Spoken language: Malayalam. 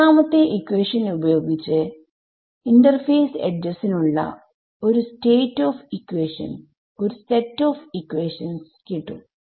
മൂന്നാമത്തെ ഇക്വാഷൻ ഉപയോഗിച്ച് ഇന്റർഫേസ് എഡ്ജസിനുള്ള ഒരു സെറ്റ് ഓഫ് ഇക്വാഷൻസ് കിട്ടും